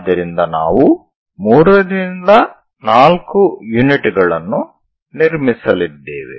ಆದ್ದರಿಂದ ನಾವು 3 ರಿಂದ 4 ಯೂನಿಟ್ ಗಳನ್ನು ನಿರ್ಮಿಸಲಿದ್ದೇವೆ